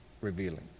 revealing